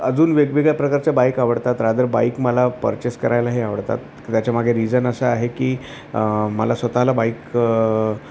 अजून वेगवेगळ्या प्रकारच्या बाईक आवडतात रादर बाईक मला पर्चेस करायलाही आवडतात त्याच्यामागे रिझन असं आहे की मला स्वतःला बाईक